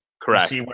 Correct